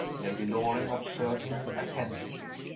lady loring observed him attentively.